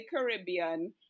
Caribbean